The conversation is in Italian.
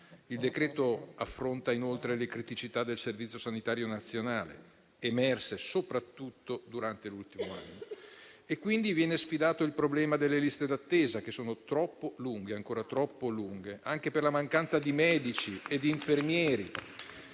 Il decreto affronta inoltre le criticità del Servizio sanitario nazionale emerse soprattutto durante l'ultimo anno e sfida il problema delle liste d'attesa, che sono ancora troppo lunghe anche per la mancanza di medici e di infermieri.